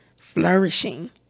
flourishing